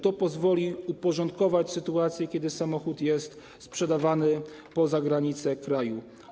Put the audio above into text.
To pozwoli uporządkować sytuacje, kiedy samochód jest sprzedawany poza granice kraju.